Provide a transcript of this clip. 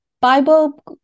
bible